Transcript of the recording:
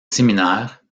séminaire